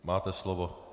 Máte slovo.